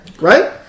right